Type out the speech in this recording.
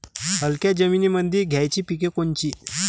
हलक्या जमीनीमंदी घ्यायची पिके कोनची?